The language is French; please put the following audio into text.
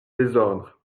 désordre